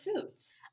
foods